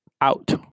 out